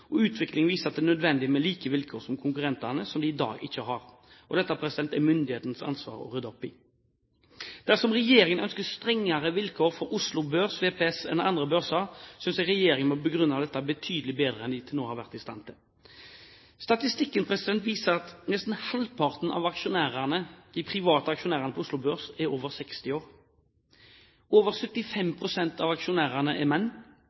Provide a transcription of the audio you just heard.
og utviklingen viser at det er nødvendig med like vilkår som konkurrentene, som de i dag ikke har. Dette er det myndighetenes ansvar å rydde opp i. Dersom regjeringen ønsker strengere vilkår for Oslo Børs VPS enn for andre børser, synes jeg regjeringen må begrunne dette betydelig bedre enn de til nå har vært i stand til. Statistikken viser at nesten halvparten av de private aksjonærene på Oslo Børs er over 60 år. Over 75 pst. av aksjonærene er menn,